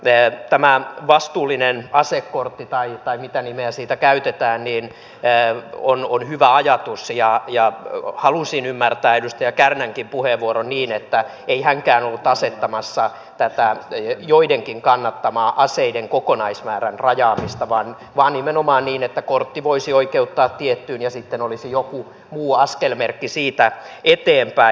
tämä vastuullinen asekortti tai mitä nimeä siitä käytetäänkään on hyvä ajatus ja halusin ymmärtää edustaja kärnänkin puheenvuoron niin että ei hänkään ollut asettamassa tätä joidenkin kannattamaa aseiden kokonaismäärän rajaamista vaan nimenomaan niin että kortti voisi oikeuttaa tiettyyn määrään ja sitten olisi joku muu askelmerkki siitä eteenpäin